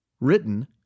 Written